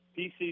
PC